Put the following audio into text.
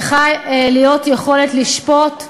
צריכה להיות יכולת לשפוט.